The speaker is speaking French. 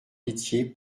pitié